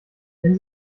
wenn